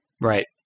Right